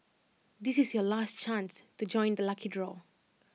this is your last chance to join the lucky draw